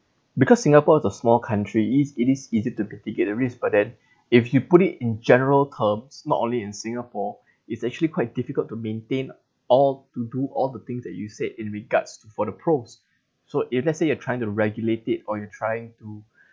because singapore is a small country is it is easy to mitigate the risk but then if you put it in general terms not only in singapore it's actually quite difficult to maintain all to do all the things that you said in the regards to for the pros so if let's say you are trying to regulate it or you're trying to